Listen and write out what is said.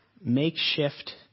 makeshift